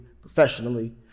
professionally